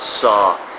saw